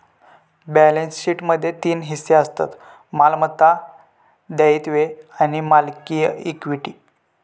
balance शीटमध्ये तीन हिस्से असतत मालमत्ता, दायित्वे आणि मालकी इक्विटी